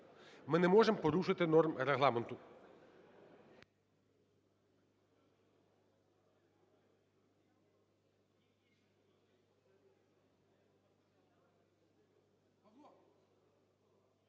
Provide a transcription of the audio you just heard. Ми не можемо порушити норм Регламенту.